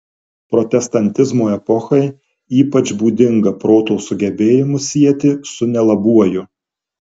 protestantizmo epochai ypač būdinga proto sugebėjimus sieti su nelabuoju